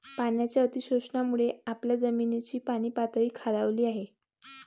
पाण्याच्या अतिशोषणामुळे आपल्या जमिनीची पाणीपातळी खालावली आहे